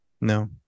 no